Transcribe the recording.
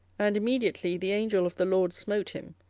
and immediately the angel of the lord smote him,